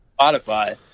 Spotify